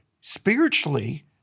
Spiritually